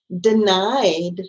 denied